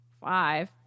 Five